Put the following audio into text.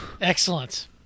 Excellent